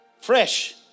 fresh